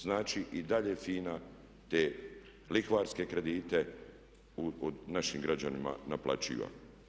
Znači i dalje FINA te lihvarske kredite našim građanima naplaćuje.